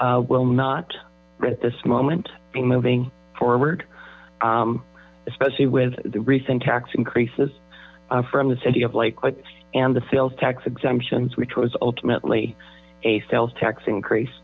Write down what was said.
issue will not at this moment be moving forward especially with the recent tax increases from the city of light and the sales tax exemptions which was ultimately a sales tax increase